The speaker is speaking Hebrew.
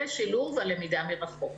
בשילוב הלמידה מרחוק.